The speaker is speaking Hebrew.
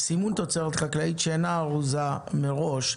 (סימון תוצרת חקלאית שאינה ארוזה מראש),